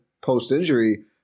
post-injury